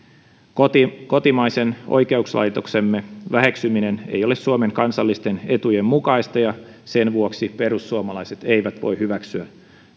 kotimaisen kotimaisen oikeuslaitoksemme väheksyminen ei ole suomen kansallisten etujen mukaista ja sen vuoksi perussuomalaiset eivät voi hyväksyä